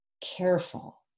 careful